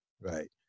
right